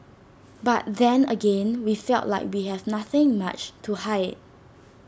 but then again we felt like we have nothing much to hide